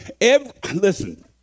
Listen